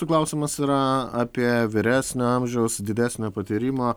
jūsų klausimas yra apie vyresnio amžiaus didesnio patyrimo